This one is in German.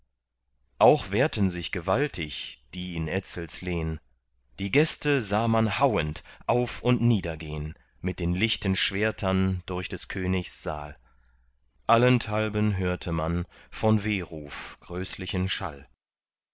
auch wehrten sich gewaltig die in etzels lehn die gäste sah man hauend auf und nieder gehn mit den lichten schwertern durch des königs saal allenthalben hörte man von wehruf größlichen schall